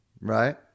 right